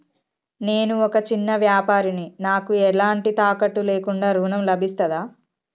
నేను ఒక చిన్న వ్యాపారిని నాకు ఎలాంటి తాకట్టు లేకుండా ఋణం లభిస్తదా?